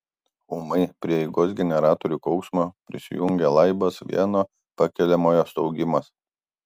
ūmai prie eigos generatorių kauksmo prisijungė laibas vieno pakeliamojo staugimas